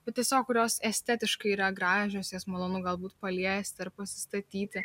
bet tiesiog kurios estetiškai yra gražios jas malonu galbūt paliesti ar pasistatyti